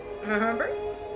Remember